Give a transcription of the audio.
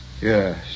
Yes